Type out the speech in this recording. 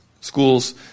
schools